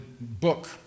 book